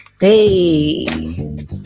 Hey